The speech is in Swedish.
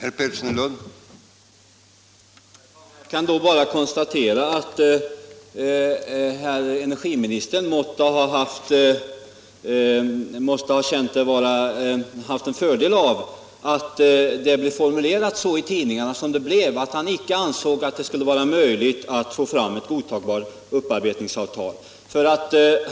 Herr talman! Jag kan då bara konstatera att energiministern måtte ha haft fördel av att saken blev formulerad så i tidningarna som den blev. De skrev att han icke ansåg att det skulle vara möjligt att få fram ett godtagbart upparbetningsavtal.